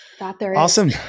awesome